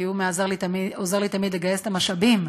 כי הוא עוזר לי תמיד לגייס את המשאבים,